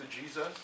Jesus